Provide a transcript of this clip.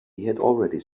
already